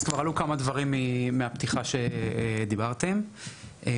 אז עלו כמה דברים מהפתיחה שדיברתם עליהם.